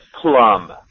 Plum